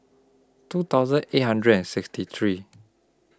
two thousand eight hundred and sixty three